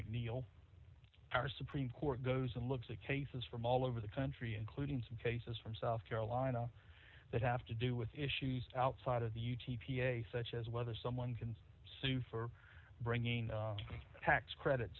mcneil our supreme court goes and looks at cases from all over the country including some cases from south carolina that have to do with issues outside of the you t p a such as whether someone can sue for bringing tax credit